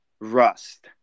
Rust